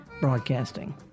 Broadcasting